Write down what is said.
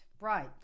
Right